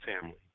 family